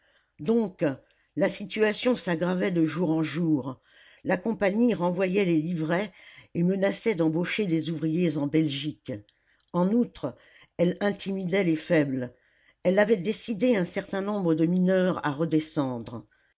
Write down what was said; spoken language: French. donc la situation s'aggravait de jour en jour la compagnie renvoyait les livrets et menaçait d'embaucher des ouvriers en belgique en outre elle intimidait les faibles elle avait décidé un certain nombre de mineurs à redescendre